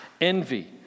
envy